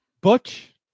Butch